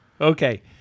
Okay